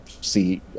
see